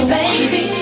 baby